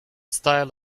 style